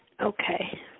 Okay